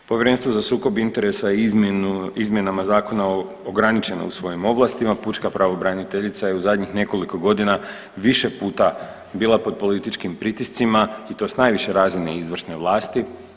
Povjerenstvo za sukob interesa je izmjenama zakona ograničeno u svojim ovlastima, pučka pravobraniteljica je u zadnjih nekoliko godina više puta bila pod političkim pritiscima i to s najviše razine izvršne vlasti.